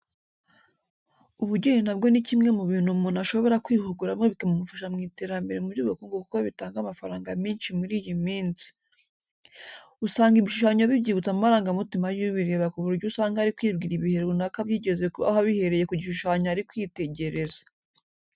Ubugeni na bwo ni kimwe mu bintu umuntu ashobora kwihuguramo bikamufasha mu iterambere mu by'ubukungu kuko bitanga amafaranga menshi muri iyi minsi. Usanga ibishushanyo bibyutsa amarangamutima y'ubireba ku buryo usanga ari kwibwira ibihe runaka byigeze kubaho abihereye ku gishushanyo ari kwitegereza.